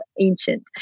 ancient